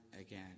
again